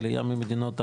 העלייה ממדינות הערב?